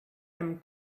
atm